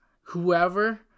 whoever